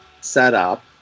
setup